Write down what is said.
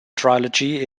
trilogy